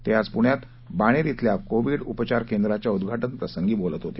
ते आज पुण्यात बाणेर इथल्या कोविड उपचार केंद्राच्या उद्घाटनप्रसंगी बोलत होते